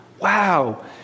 Wow